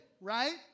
right